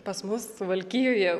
pas mus suvalkijoje